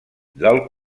del